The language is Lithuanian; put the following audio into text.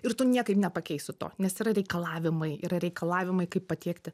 ir tu niekaip nepakeisi to nes yra reikalavimai yra reikalavimai kaip patiekti